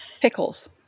Pickles